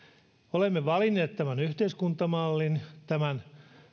olemme valinneet tämän yhteiskuntamallin tämän